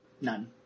None